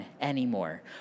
anymore